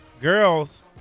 girls